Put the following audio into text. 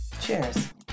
cheers